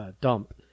dump